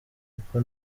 kuko